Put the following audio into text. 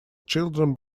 children